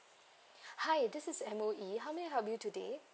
hi this is M_O_E how may I help you today